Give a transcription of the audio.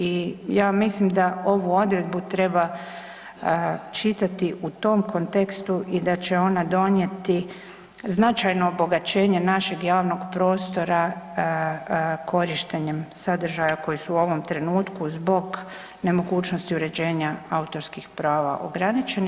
I ja mislim da ovu odredbu treba čitati u tom kontekstu i da će ona donijeti značajno obogaćenje našeg javnog prostora korištenjem sadržaja koji su u ovom trenutku zbog nemogućnosti uređenja autorskih prava ograničeni.